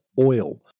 oil